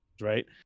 right